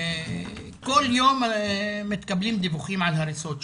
כל יום מתקבלים דיווחים על הריסות שם.